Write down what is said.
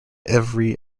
every